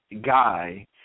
guy